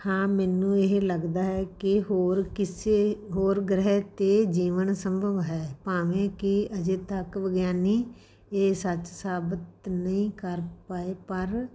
ਹਾਂ ਮੈਨੂੰ ਇਹ ਲੱਗਦਾ ਹੈ ਕਿ ਹੋਰ ਕਿਸੇ ਹੋਰ ਗ੍ਰਹਿ 'ਤੇ ਜੀਵਨ ਸੰਭਵ ਹੈ ਭਾਵੇਂ ਕਿ ਅਜੇ ਤੱਕ ਵਿਗਿਆਨੀ ਇਹ ਸੱਚ ਸਾਬਤ ਨਹੀਂ ਕਰ ਪਾਏ ਪਰ